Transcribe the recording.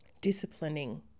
Disciplining